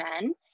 men